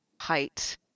height